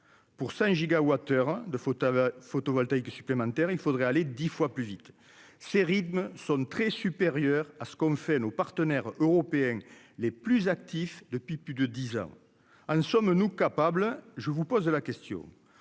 hein de fauteuils photovoltaïque supplémentaires, il faudrait aller 10 fois plus vite ses rythmes sont très supérieurs à ce qu'ont fait nos partenaires européens les plus actifs depuis plus de 10 ans en sommes-nous capables, je vous pose la question,